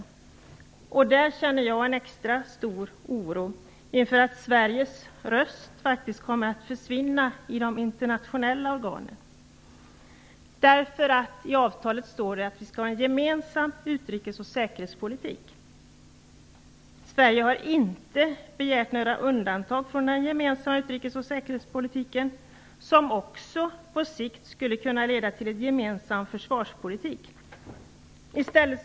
På den punkten känner jag en extra stor oro över att Sveriges röst kommer att försvinna i de internationella organen. I avtalet står det nämligen att vi skall ha en gemensam utrikes och säkerhetspolitik. Men Sverige har inte begärt några undantag från den gemensamma utrikes och säkerhetspolitiken, som på sikt också skulle kunna leda till en gemensam försvarspolitik.